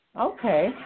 Okay